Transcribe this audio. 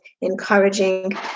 encouraging